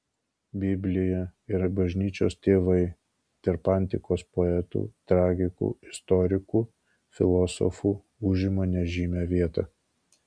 biblija ir bažnyčios tėvai tarp antikos poetų tragikų istorikų filosofų užima nežymią vietą